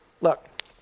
look